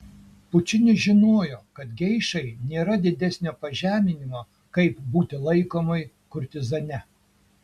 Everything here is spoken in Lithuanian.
pučinis žinojo kad geišai nėra didesnio pažeminimo kaip būti laikomai kurtizane